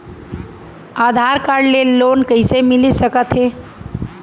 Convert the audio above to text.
आधार card ले loan कइसे मिलिस सकत हे?